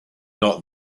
not